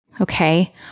okay